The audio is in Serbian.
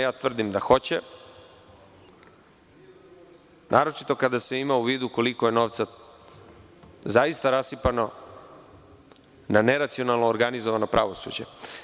Ja tvrdim da hoće, naročito kada se ima u vidu koliko je novca zaista rasipano na neracionalno organizovano pravosuđe.